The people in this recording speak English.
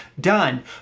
done